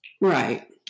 Right